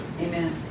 amen